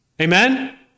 Amen